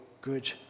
good